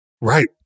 Right